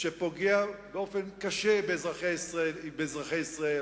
שפוגע באופן קשה באזרחי ישראל,